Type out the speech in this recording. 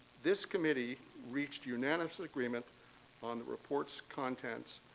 this committee reached unanimous agreement on the report's contents